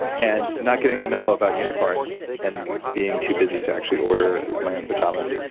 and not getting the memo about unicorns and being too busy to actually order my own pajamas,